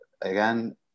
again